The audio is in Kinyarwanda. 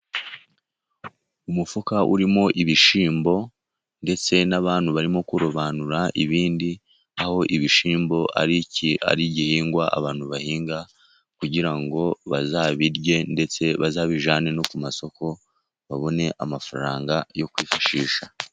Umufuka urimo ibishyimbo, ndetse n'abantu barimo kurobanura ibindi, aho ibishyimbo ari igihingwa abantu bahinga, kugira ngo bazabirye ndetse bazabijyane no ku masoko, babone amafaranga yo kwifashisha.